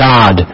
God